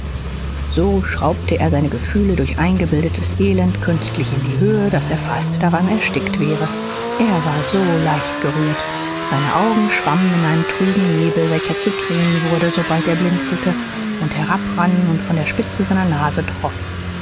so schraubte er seine gefühle durch eingebildetes elend künstlich in die höhe daß er fast daran erstickt wäre er war so leicht gerührt seine augen schwammen in einem trüben nebel welcher zu tränen wurde sobald er blinzelte und herabrann und von der spitze seiner nase troff